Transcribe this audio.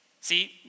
See